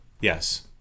Yes